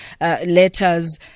letters